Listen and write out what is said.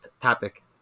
topic